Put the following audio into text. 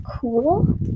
cool